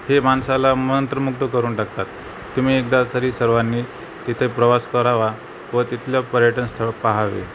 हे माणसाला मंत्रमुग्ध करून टाकतात तुम्ही एकदा तरी सर्वांनी तिथे प्रवास करावा व तिथलं पर्यटनस्थळं पहावी